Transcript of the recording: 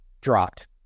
dropped